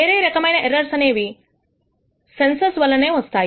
వేరే రకమైన ఎర్రర్స్ అనేవి సెన్సర్ వలననే వస్తాయి